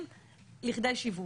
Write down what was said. מגיעות לכדי שיווק.